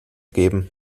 geben